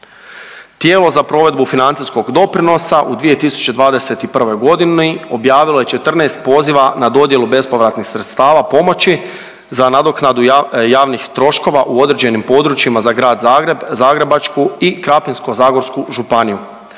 Tijelo za provedbu financijskog doprinosa u 2021. godini objavilo je 14 poziva na dodjelu bespovratnih sredstava pomoći za nadoknadu javnih troškova u određenim područjima za Grad Zagreb, Zagrebačku i Krapinsko-zagorsku županiju